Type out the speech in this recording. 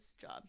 job